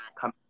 come